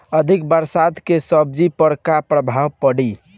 अधिक बरसात के सब्जी पर का प्रभाव पड़ी?